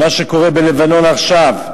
מה שקורה בלבנון עכשיו,